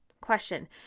Question